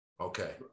okay